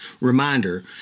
reminder